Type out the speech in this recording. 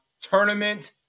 tournament